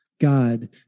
God